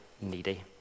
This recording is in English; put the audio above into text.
needy